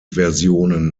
versionen